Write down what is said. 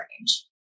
range